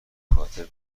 خاطر